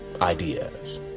ideas